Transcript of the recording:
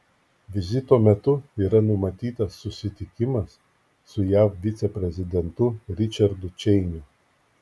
vizito metu yra numatytas susitikimas su jav viceprezidentu ričardu čeiniu